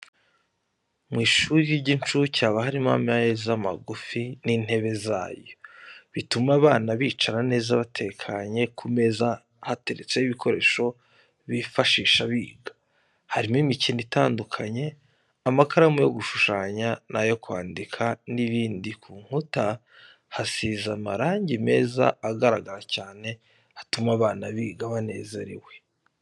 Mu ishuri ry'incuke haba harimo ameza magufi n'intebe zayo, bituma abana bicara neza batekanye, ku meza hateretseho ibikoresho bifashisha biga, harimo imikino itandukanye, amakaramu yo gushushanya n'ayo kwandika n'ibindi. Ku nkuta hasize amarangi meza agaragara cyane atuma abana biga banezerewe.